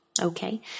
Okay